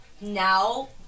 now